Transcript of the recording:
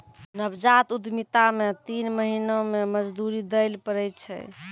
नवजात उद्यमिता मे तीन महीना मे मजदूरी दैल पड़ै छै